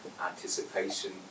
anticipation